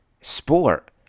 sport